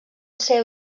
seu